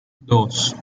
dos